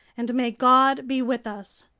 and may god be with us!